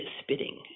spitting